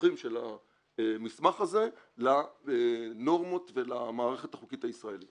הניסוחים של המסמך הזה לנורמות ולמערכת החוקית הישראלית.